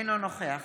אינו נוכח